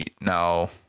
No